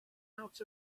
out